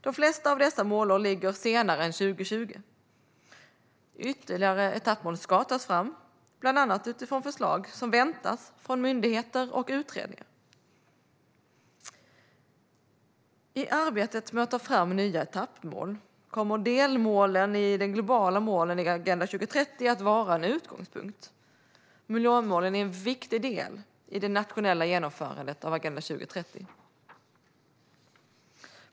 De flesta av dessa målår ligger senare än 2020. Ytterligare etappmål ska tas fram, bland annat utifrån förslag som väntas från myndigheter och utredningar. I arbetet med att ta fram nya etappmål kommer delmålen i de globala målen i Agenda 2030 att vara en utgångspunkt. Miljömålen är en viktig del i det nationella genomförandet av Agenda 2030.